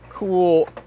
Cool